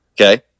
Okay